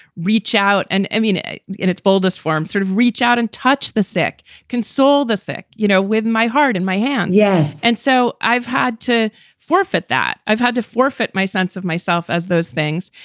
reach out and emulate in its boldest form, sort of reach out and touch the sick, console the sick, you know, with my heart in my hand. yes. and so i've had to forfeit that. i've had to forfeit my sense of myself as those things.